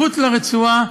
מחוץ לרצועה,